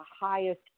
highest